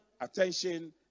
attention